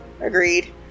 Agreed